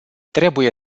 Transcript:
trebuie